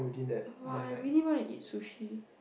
[wah] I really want to eat sushi